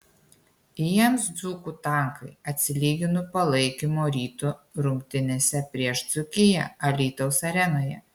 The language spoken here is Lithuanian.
jiems dzūkų tankai atsilygino palaikymu ryto rungtynėse prieš dzūkiją alytaus arenoje